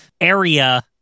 area